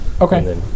Okay